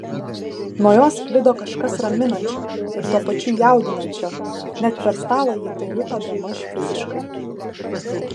nuo jo sklido kažkas raminančio ir tuo pačiu jaudinančio net per stalą ji tai juto bemaž fiziškai